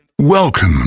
Welcome